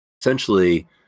essentially